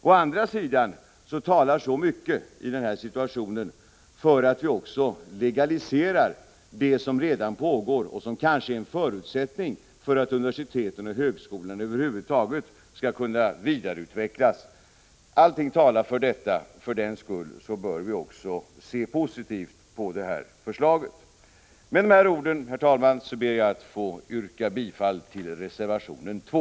Å andra sidan talar så mycket i den här situationen för att vi också legaliserar det som redan pågår och som kanske är en förutsättning för att universiteten och högskolorna över huvud taget skall kunna vidareutvecklas. Allting talar för detta, och för den skull bör vi också se positivt på det här förslaget. Med dessa ord, herr talman, ber jag att få yrka bifall till reservation 2.